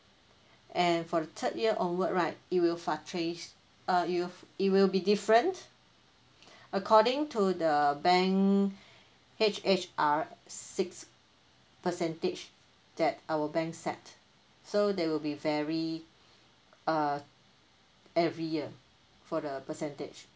and for the third year onward right it will fluctuates uh it will it will be different according to the bank H_H_R six percentage that our bank set so there will be very uh every year for the percentage